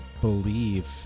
believe